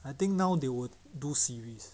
I think now they will do series